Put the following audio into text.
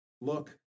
Look